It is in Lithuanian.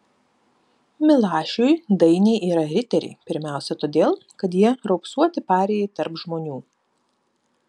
milašiui dainiai yra riteriai pirmiausia todėl kad jie raupsuoti parijai tarp žmonių